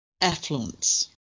affluence